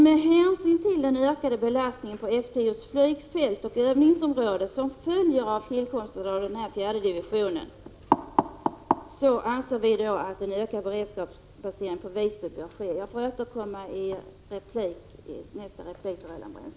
Med hänsyn till den ökade belastning på F 10:s flygfält och övningsområde som följer av tillkomsten av den fjärde divisionen anser vi att en ökad beredskapsbasering i Visby bör ske. Jag får återkomma till Roland Brännström i min nästa replik.